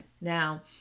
Now